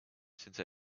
since